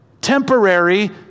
Temporary